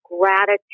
Gratitude